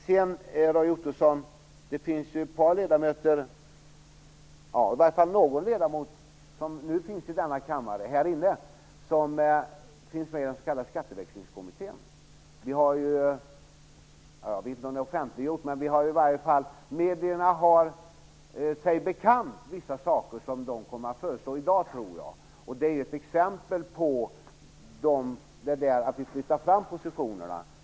Åtminstone någon ledamot som nu är inne i kammaren är, Roy Ottosson, med i den s.k. Skatteväxlingskommittén. Jag vet inte om det är offentliggjort, men medierna har i varje fall sig bekant vissa saker som kommittén, tror jag, kommer att föreslå i dag. Detta är ett exempel på att vi, som Roy Ottosson talar om, flyttar fram positionerna.